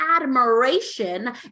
admiration